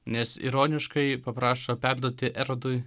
nes ironiškai paprašo perduoti erodui